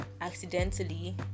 accidentally